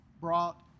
brought